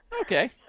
Okay